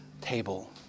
table